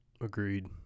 Agreed